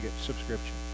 subscription